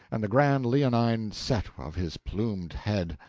and the grand leonine set of his plumed head,